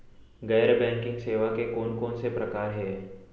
गैर बैंकिंग सेवा के कोन कोन से प्रकार हे?